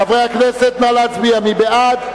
חברי הכנסת, נא להצביע, מי בעד?